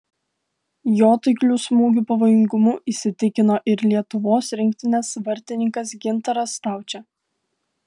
jo taiklių smūgių pavojingumu įsitikino ir lietuvos rinktinės vartininkas gintaras staučė